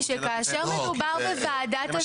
אמרתי שכאשר מדובר בוועדת השגות.